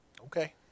Okay